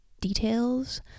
details